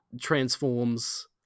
transforms